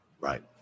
Right